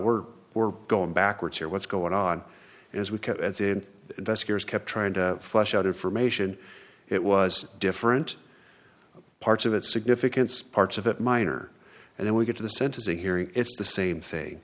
we're we're going backwards here what's going on and as we get into investigators kept trying to flush out information it was different parts of it significance parts of it minor and then we get to the sentencing hearing it's the same thing